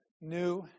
new